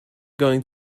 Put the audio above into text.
going